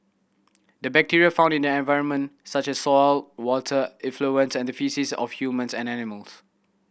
the bacteria found in the environment such as soil water effluents and the faces of humans and animals